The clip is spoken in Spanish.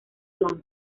blanco